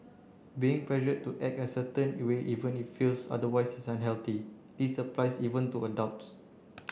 being pressured to act a certain even if one feels otherwise is unhealthy this applies even to adults